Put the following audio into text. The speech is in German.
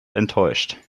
enttäuscht